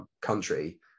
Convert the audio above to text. country